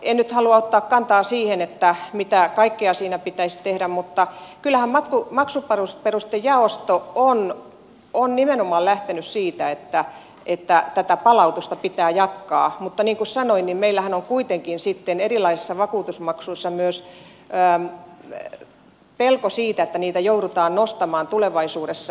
en nyt halua ottaa kantaa siihen mitä kaikkea siinä pitäisi tehdä mutta kyllähän maksuperustejaosto on nimenomaan lähtenyt siitä että tätä palautusta pitää jatkaa mutta niin kuin sanoin niin meillähän on kuitenkin sitten erilaisissa vakuutusmaksuissa myös pelko siitä että niitä joudutaan nostamaan tulevaisuudessa